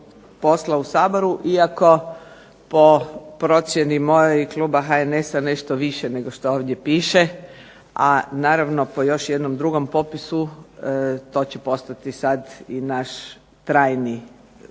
posla u Saboru, iako po procjeni mojoj i kluba HNS-a nešto više nego što ovdje piše, a naravno po još jednom drugom popisu to će postati sad i naš trajni posao.